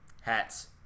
Hats